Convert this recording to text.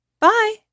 Bye